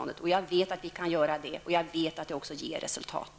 Jag vet att vi kan göra det, och jag vet att det också ger resultat.